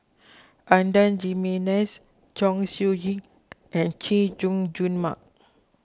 Adan Jimenez Chong Siew Ying and Chay Jung Jun Mark